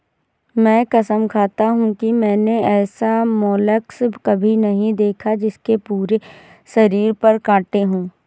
मैं कसम खाता हूँ कि मैंने ऐसा मोलस्क कभी नहीं देखा जिसके पूरे शरीर पर काँटे हों